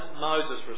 Moses